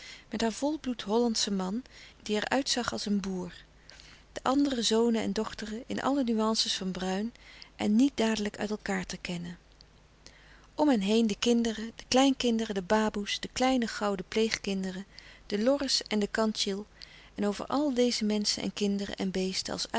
met haar volbloed hollandschen man die er uitzag als een boer de andere zonen en dochteren in alle nuances van bruin en niet dadelijk uit elkaâr te kennen om hen heen de kinderen de kleinkinderen de baboe's de kleine louis couperus de stille kracht gouden pleegkinderen de lorre's en de kantjil en over al deze menschen en kinderen en beesten als